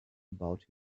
about